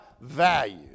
value